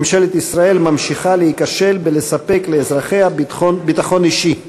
ממשלת ישראל ממשיכה להיכשל בהבטחת ביטחון אישי לאזרחיה.